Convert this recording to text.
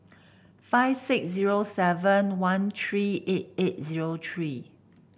five six zero seven one three eight eight zero three